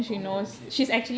oh okay